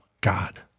God